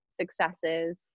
successes